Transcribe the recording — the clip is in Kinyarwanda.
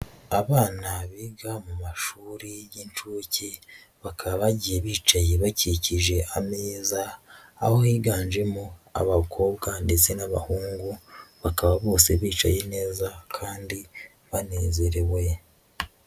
Abana biga mu mashuri y'inshuke, bakaba bagiye bicaye bakikije ameza aho higanjemo abakobwa ndetse n'abahungu, bakaba bose bicaye neza kandi banezerewe.